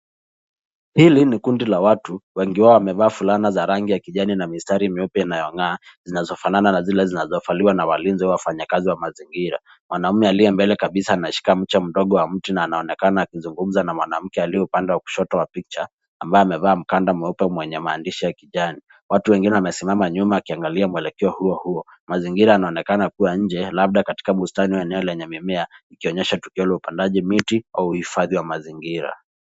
Hili ni kundi la watu, wengi wao wamevaa fulana za rangi ya kijani na mistari meupe inayong'aa, zinazofanana na zile zinazovaliwa na walinzi au wafanyakazi wa mazingira. Mwanaume aliye mbele kabisa anashika mche mdogo wa mti na anaonekana akizungumza na mwanamke aliye upande wa kushoto wa picha, ambaye amevaa mkanda mweupe mwenye maandishi ya kijani. Watu wengine wamesimama nyuma wakiangalia mwelekeo huo huo. Mazingira yanaonekana kuwa nje labda katika bustani au eneo lenye mimea ikionyesha tukio la upandaji miti au uhifadhi wa mazingira.